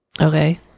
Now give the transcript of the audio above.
Okay